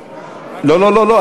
לא לא לא,